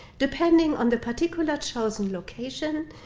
depending on the particular chosen location,